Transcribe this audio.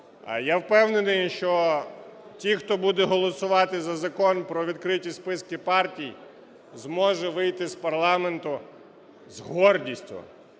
Я впевнений, що ті, хто буде голосувати за Закон про відкриті списки партій, зможе вийти з парламенту з гордістю.